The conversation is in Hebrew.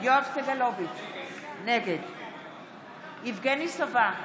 יואב סגלוביץ' נגד יבגני סובה,